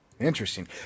Interesting